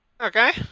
Okay